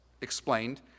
explained